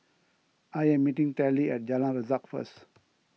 I am meeting Telly at Jalan Resak first